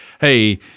Hey